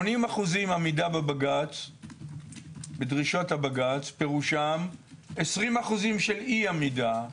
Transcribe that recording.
80% עמידה בדרישות בג"ץ פירושם 20% של אי עמידה.